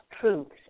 truths